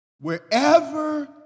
Wherever